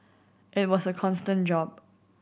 it was a constant job